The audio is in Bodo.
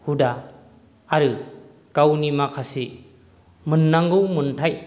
हुदा आरो गावनि माखासे मोननांगौ मोन्थाइ